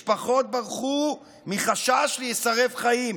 משפחות ברחו מחשש להישרף בחיים.